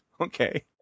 okay